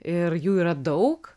ir jų yra daug